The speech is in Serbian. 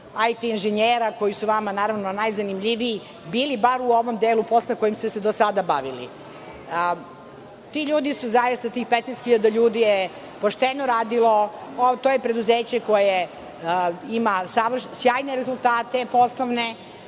IT inženjera, koji su vama, naravno, najzanimljiviji bili, bar u ovom delu posla kojim ste se do sada bavili. Ti ljudi su, zaista, tih 15.000 ljudi je pošteno radilo. To je preduzeće koje ima sjajne rezultate poslovne